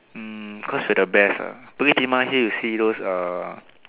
mm cause we're the best ah Bukit-Timah Hill you see those uh